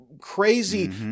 crazy